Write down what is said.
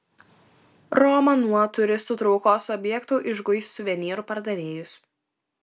roma nuo turistų traukos objektų išguis suvenyrų pardavėjus